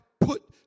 put